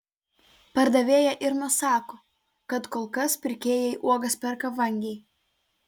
pardavėja irma sako kad kol kas pirkėjai uogas perka vangiai